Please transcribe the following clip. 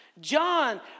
John